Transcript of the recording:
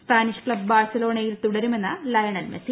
Spanish club ബാഴ്സലോണയിൽ തുടരുമെന്ന് Lionel Messi